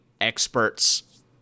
experts